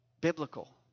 biblical